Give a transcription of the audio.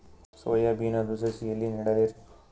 Soya ಬಿನದು ಸಸಿ ಎಲ್ಲಿ ನೆಡಲಿರಿ?